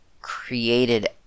created